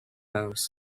post